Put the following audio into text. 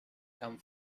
come